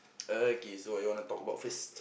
okay so what you wanna talk about first